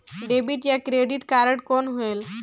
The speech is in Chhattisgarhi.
डेबिट या क्रेडिट कारड कौन होएल?